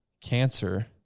cancer